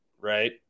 right